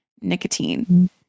nicotine